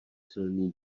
silný